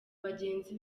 bagenzi